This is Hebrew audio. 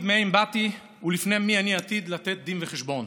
מאין באתי ולפני מי אני עתיד לתת דין וחשבון.